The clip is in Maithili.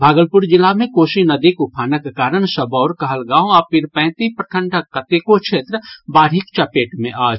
भागलपुर जिला मे कोसी नदीक उफानक कारण सबौर कहलगांव आ पीरपैंती प्रखंडक कतेको क्षेत्र बाढ़िक चपेट मे अछि